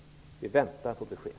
Vi väntar på besked.